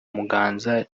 muganza